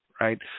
right